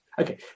Okay